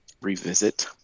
revisit